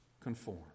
conform